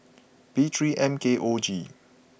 P three M K O G